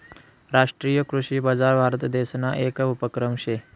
राष्ट्रीय कृषी बजार भारतदेसना येक उपक्रम शे